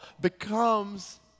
becomes